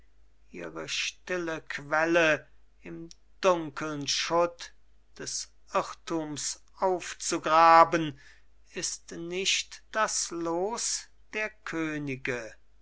ihre stille quelle im dunkeln schutt des irrtums aufzugraben ist nicht das los der könige